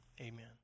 Amen